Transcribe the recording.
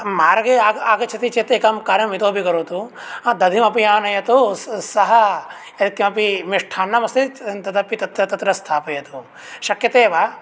मार्गे आ आगच्छति चेत् एकं कार्यम् इतोऽपि करोतु दधि अपि आनयतु स सह यत्किमपि मिष्ठान्नमस्ति तद् तदपि तत्र तत्र स्थापयतु शक्यते वा